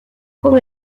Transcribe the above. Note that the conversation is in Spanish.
con